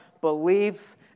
beliefs